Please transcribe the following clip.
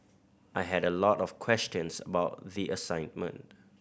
I had a lot of questions about the assignment